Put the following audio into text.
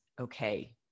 okay